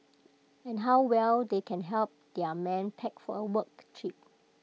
and how well they can help their men pack for A work trip